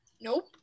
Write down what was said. Nope